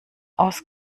aus